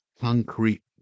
concrete